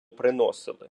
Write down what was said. приносили